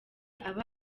aba